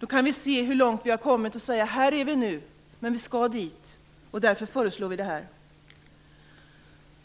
Då kan vi se hur långt vi har kommit och säga: Här är vi nu, men vi skall dit, och därför föreslår vi det här.